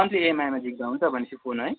monthly इएमआईमा झिक्दा हुन्छ भनेपछि फोन है